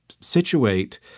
situate